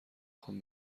خوام